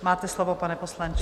Máte slovo, pane poslanče.